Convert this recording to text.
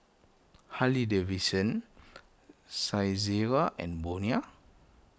Harley Davidson Saizeriya and Bonia